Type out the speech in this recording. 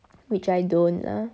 which I don't lah